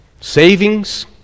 Savings